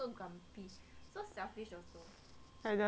like the two stupid